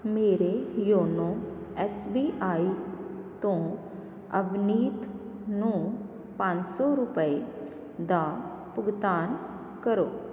ਮੇਰੇ YONO S B I ਤੋਂ ਅਵਨੀਤ ਨੂੰ ਪੰਜ ਸੌ ਰੁਪਏ ਦਾ ਭੁਗਤਾਨ ਕਰੋ